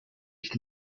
ich